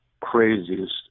craziest